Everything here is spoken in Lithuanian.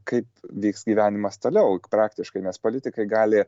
kaip vyks gyvenimas toliau praktiškai nes politikai gali